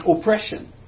oppression